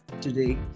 today